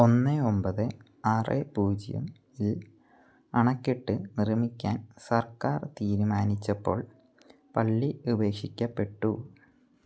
ഒന്ന് ഒമ്പത് ആറ് പൂജ്യം ൽ അണക്കെട്ട് നിർമ്മിക്കാൻ സർക്കാർ തീരുമാനിച്ചപ്പോൾ പള്ളി ഉപേക്ഷിക്കപ്പെട്ടു